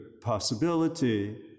possibility